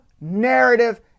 narrative